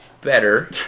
better